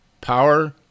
Power